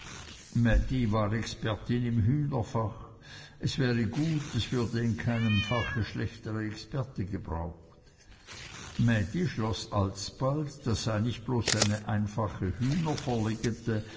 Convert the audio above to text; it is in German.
mädi war expertin im hühnerfach es wäre gut es würden in keinem fache schlechtere experte gebraucht mädi schloß alsbald das sei nicht bloß eine einfache hühnerverlegete